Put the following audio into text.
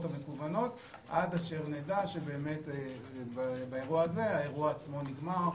המקוונות עד אשר נדע שבאמת האירוע עצמו נגמר,